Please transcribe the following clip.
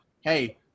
Hey